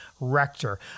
Rector